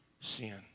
sin